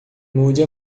mude